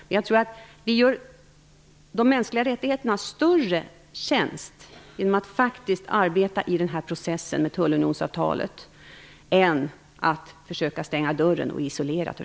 Men jag tror att vi gör de mänskliga rättigheterna en större tjänst genom att faktiskt arbeta i processen med tullunionsavtalet än om vi stänger dörren och isolerar